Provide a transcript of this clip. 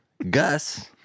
gus